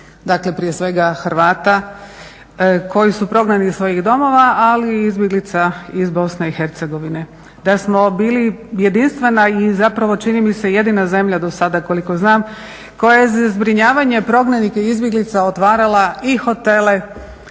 dakle prije svega Hrvata koji su prognani iz svojih domova ali i izbjeglica iz Bosne i Hercegovine. Da smo bili jedinstvena i zapravo čini mi se jedina zemlja do sada koliko znam koja je za zbrinjavanje prognanika i izbjeglica otvarala i hotele,